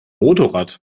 motorrad